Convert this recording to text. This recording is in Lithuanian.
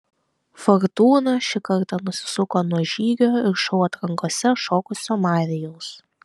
fortūna šį kartą nusisuko nuo žygio ir šou atrankose šokusio marijaus